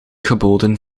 geboden